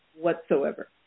whatsoever